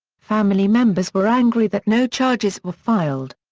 family members were angry that no charges were filed.